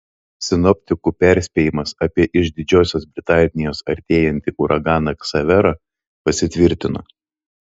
sinoptikų perspėjimas apie iš didžiosios britanijos artėjantį uraganą ksaverą pasitvirtino